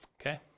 okay